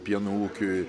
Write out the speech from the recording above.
pieno ūkiui